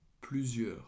plusieurs